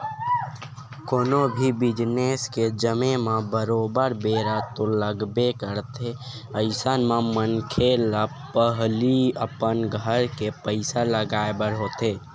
कोनो भी बिजनेस के जमें म बरोबर बेरा तो लगबे करथे अइसन म मनखे ल पहिली अपन घर के पइसा लगाय बर होथे